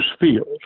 Field